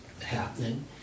happening